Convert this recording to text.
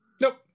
Nope